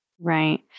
Right